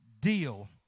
deal